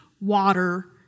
water